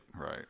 right